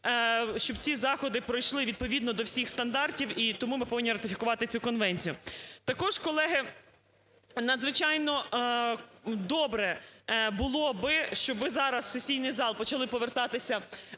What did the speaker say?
щоб ці заходи пройшли відповідно до всіх стандартів, і тому ми повинні ратифікувати цю конвенцію. Також, колеги, надзвичайно добре було би, щоб зараз в сесійний зал почали повертатися